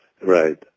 Right